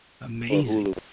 Amazing